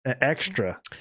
extra